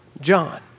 John